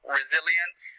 resilience